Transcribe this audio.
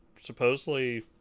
supposedly